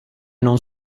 non